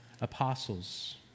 apostles